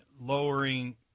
lowering